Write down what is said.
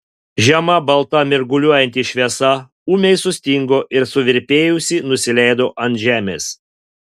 žema balta mirguliuojanti šviesa ūmiai sustingo ir suvirpėjusi nusileido ant žemės